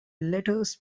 letters